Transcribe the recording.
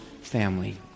family